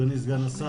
אדוני סגן השר,